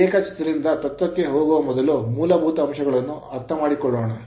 ಈ ರೇಖಾಚಿತ್ರದಿಂದ ತತ್ವಕ್ಕೆ ಹೋಗುವ ಮೊದಲು ಮೂಲಭೂತ ಅಂಶಗಳನ್ನು ಅರ್ಥಮಾಡಿಕೊಳ್ಳೋಣ